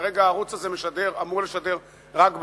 כרגע הערוץ הזה אמור לשדר רק בערבית.